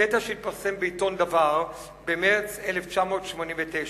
קטע שהתפרסם בעיתון "דבר" במרס 1989,